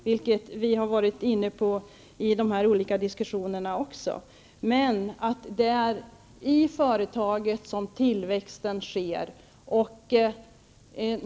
Detta har vi också varit inne på i de här olika diskussionerna. Men det är i företaget som tillväxten sker.